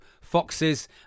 foxes